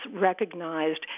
recognized